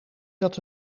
dat